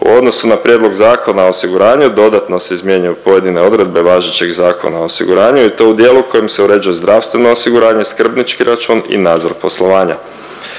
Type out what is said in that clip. U odnosu na prijedlog Zakona o osiguranju, dodatno se izmjenjuju pojedine odredbe važećeg Zakona o osiguranju i to u dijelu u kojem se uređuje zdravstveno osiguranje, skrbnički račun i nadzor poslovanja.